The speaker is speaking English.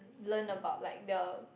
learn about like the